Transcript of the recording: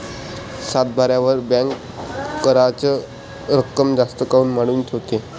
सातबाऱ्यावर बँक कराच रक्कम जास्त काऊन मांडून ठेवते?